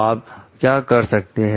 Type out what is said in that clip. आप क्या कर सकते हैं